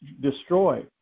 destroy